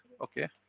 okay